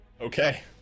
Okay